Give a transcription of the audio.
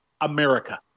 America